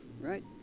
Right